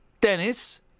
Dennis